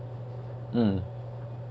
mm